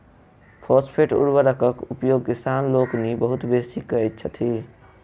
phosphate उर्वरकक उपयोग किसान लोकनि बहुत बेसी करैत छथि